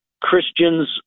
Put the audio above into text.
Christians